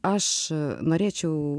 aš norėčiau